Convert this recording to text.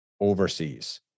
overseas